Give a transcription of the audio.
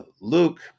Luke